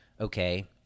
okay